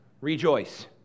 Rejoice